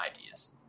ideas